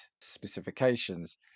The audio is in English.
specifications